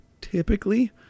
typically